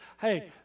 Hey